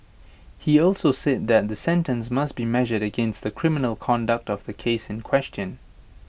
he also said that the sentence must be measured against the criminal conduct of the case in question